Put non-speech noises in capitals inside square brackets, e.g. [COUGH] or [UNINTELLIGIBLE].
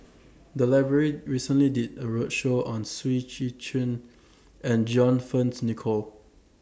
The Library recently did A roadshow on Seah [UNINTELLIGIBLE] Chin and John Fearns Nicoll